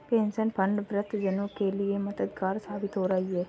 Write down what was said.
pension fund वृद्ध जनों के लिए मददगार साबित हो रही है